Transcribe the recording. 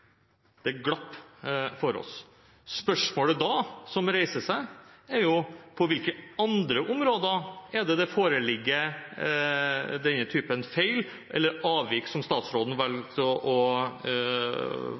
Det glapp for oss. Spørsmålet som da reiser seg, er på hvilke andre områder det foreligger denne typen feil – eller avvik, som statsråden